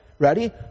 Ready